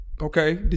Okay